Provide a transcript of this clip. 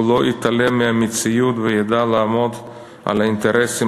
הוא לא התעלם מהמציאות וידע לעמוד על האינטרסים